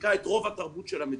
מחזיקה את רוב התרבות של המדינה,